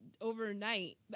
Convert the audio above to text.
Overnight